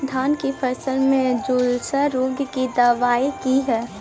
धान की फसल में झुलसा रोग की दबाय की हय?